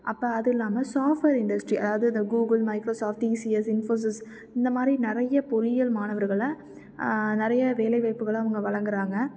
அப்போ அது இல்லாமல் சாஃப்ட்வெர் இண்டஸ்ட்ரி அதாவது இந்த கூகுள் மைக்ரோசாஃப்ட் டிசிஎஸ் இன்போசிஸ் இந்த மாதிரி நிறைய பொறியியல் மாணவர்களை நிறைய வேலை வாய்ப்புகளை அவங்க வழங்குறாக